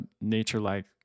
nature-like